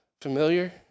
familiar